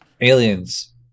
Aliens